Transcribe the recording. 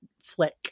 flick